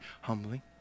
humbly